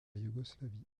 yougoslavie